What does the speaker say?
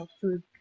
food